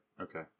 Okay